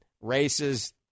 races—